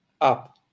up